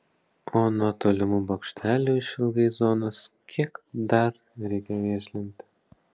o nuo tolimų bokštelių išilgai zonos kiek dar reikia vėžlinti